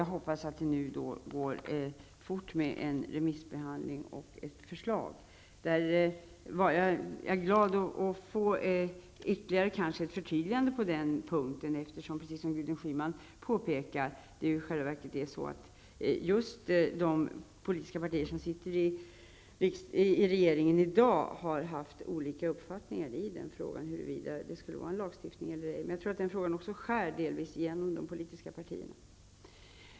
Jag hoppas att remissbehandlingen går snabbt, så att vi snart kan få ett förslag. Jag skulle bli glad över att få ytterligare ett förtydligande på den här punkten. Gudryn Schyman påpekade att de politiska partier som i dag är representerade i regeringen har haft olika uppfattningar om huruvida det skall till lagstiftning eller ej. Jag tror att den frågan delvis skär genom de politiska partierna.